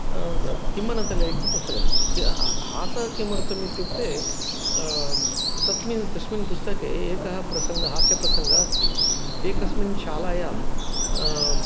किम्मनतले इति पुस्तकं क् ह हासः किमर्थम् इत्युक्ते तन्मिन् तस्मिन् पुस्तके एकः प्रसङ्गः हास्यप्रसङ्गः अस्ति एकस्मिन् शालायाम्